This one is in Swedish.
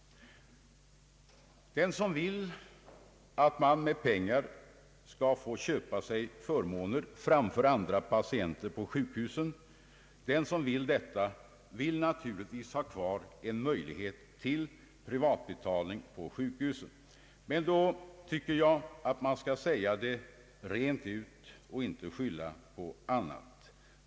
Den som vill att man med pengar skall få köpa sig förmåner framför andra patienter på sjukhus vill naturligtvis ha kvar en möjlighet till privatmottagning på sjukhus. Då tycker jag att man skall säga det rent ut och inte skylla på annat.